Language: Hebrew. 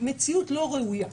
מציאות לא ראויה.